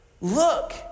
Look